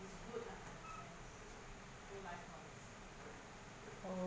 oh~